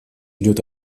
идет